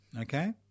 okay